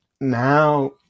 now